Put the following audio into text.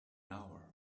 hour